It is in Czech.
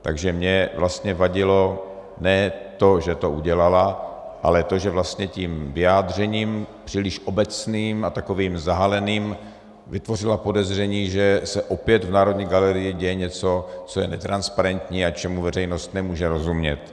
Takže mě vlastně vadilo ne to, že to udělala, ale to, že vlastně tím vyjádřením příliš obecným a takovým zahaleným vytvořila podezření, že se opět v Národní galerii děje něco, co je netransparentní a čemu veřejnost nemůže rozumět.